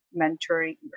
mentoring